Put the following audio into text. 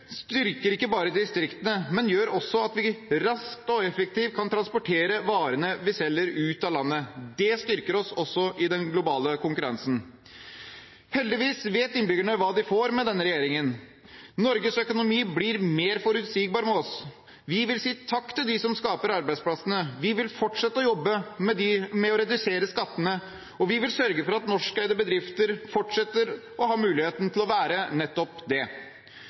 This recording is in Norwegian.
styrker ikke bare distriktene, men gjør også at vi raskt og effektivt kan transportere varene vi selger, ut av landet. Det styrker oss også i den globale konkurransen. Heldigvis vet innbyggerne hva de får med denne regjeringen. Norsk økonomi blir mer forutsigbar med oss, vi vil si takk til dem som skaper arbeidsplassene, vi vil fortsette å jobbe med å redusere skattene, og vi vil sørge for at norskeide bedrifter fortsetter å ha mulighet til å være nettopp det.